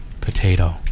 potato